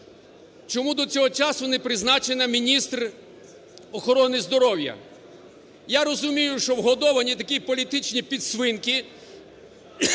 Чому до цього часу не призначена міністр охорони здоров'я. Я розумію, що вгодовані такі політичні підсвинки